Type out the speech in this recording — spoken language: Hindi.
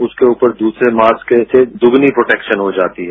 उसके ऊपर दूसरे मास्क से दोगुनी प्रोटेक्शन हो जाती है